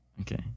Okay